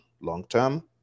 long-term